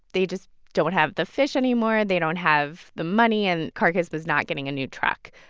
they just don't have the fish anymore. they don't have the money, and carcass was not getting a new truck.